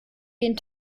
gehen